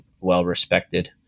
well-respected